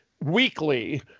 Weekly